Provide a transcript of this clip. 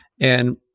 And-